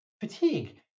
fatigue